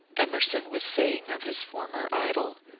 emer son was saying of his former idol,